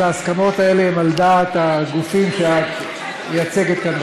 ההסכמות האלה הן על דעת הגופים שאת מייצגת כאן,